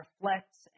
reflects